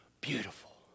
beautiful